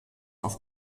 auf